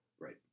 Right